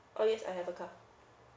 orh yes I have a car